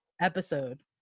episode